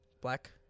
Black